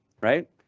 right